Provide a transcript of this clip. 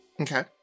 okay